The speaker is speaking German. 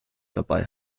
dabei